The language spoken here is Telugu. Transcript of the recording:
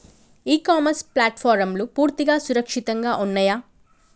ఇ కామర్స్ ప్లాట్ఫారమ్లు పూర్తిగా సురక్షితంగా ఉన్నయా?